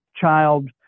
child